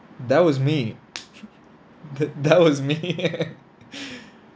that was me that that was me